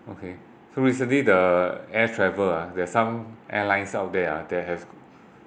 okay so recently the air travel ah there are some airlines out there ah that have